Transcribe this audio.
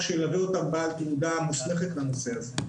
שילווה אותם בעל תעודה מוסמכת לנושא הזה.